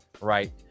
right